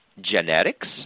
genetics